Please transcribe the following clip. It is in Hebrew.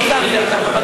צר לי על כך.